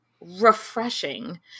refreshing